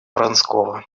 вронского